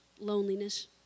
loneliness